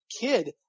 kid